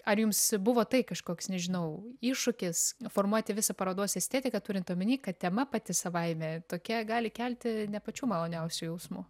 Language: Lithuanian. ar jums buvo tai kažkoks nežinau iššūkis formuoti visą parodos estetiką turint omeny kad tema pati savaime tokia gali kelti ne pačių maloniausių jausmų